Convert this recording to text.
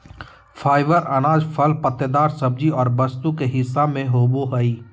fibre अनाज, फल पत्तेदार सब्जी और वस्तु के हिस्सा में होबो हइ